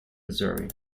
missouri